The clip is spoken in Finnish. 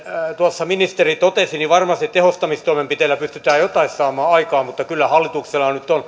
tuossa ministeri totesi niin varmasti tehostamistoimenpiteillä pystyään jotain saamaan aikaan mutta kyllä hallituksella nyt on